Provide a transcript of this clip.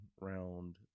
Round